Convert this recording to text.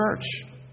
church